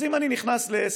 אז אם אני נכנס לעסק,